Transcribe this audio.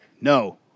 no